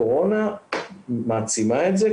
הקורונה מעצימה את זה,